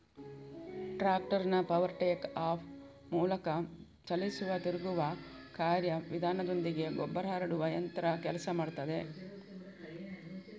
ಟ್ರಾಕ್ಟರ್ನ power take off ಮೂಲಕ ಚಲಿಸುವ ತಿರುಗುವ ಕಾರ್ಯ ವಿಧಾನದೊಂದಿಗೆ ಗೊಬ್ಬರ ಹರಡುವ ಯಂತ್ರ ಕೆಲಸ ಮಾಡ್ತದೆ